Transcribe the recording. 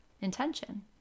intention